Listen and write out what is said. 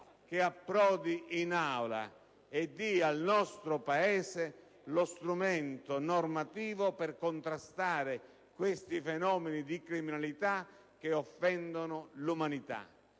che approdi dunque in Aula e dia al nostro Paese lo strumento normativo per contrastare questi fenomeni di criminalità che offendono l'umanità.